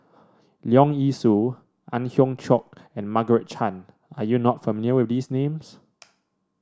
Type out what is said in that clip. Leong Yee Soo Ang Hiong Chiok and Margaret Chan are you not familiar with these names